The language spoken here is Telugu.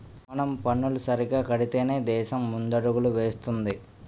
మనం పన్నులు సరిగ్గా కడితేనే దేశం ముందడుగులు వేస్తుంది